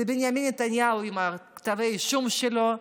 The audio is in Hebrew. זה בנימין נתניהו עם כתבי האישום שלו,